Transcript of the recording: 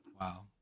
Wow